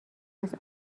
است